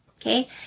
okay